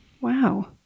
Wow